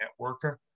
networker